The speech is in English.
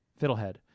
Fiddlehead